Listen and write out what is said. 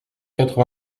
quatre